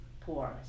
poor